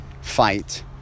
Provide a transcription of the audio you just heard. fight